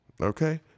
Okay